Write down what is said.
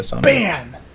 bam